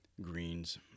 greens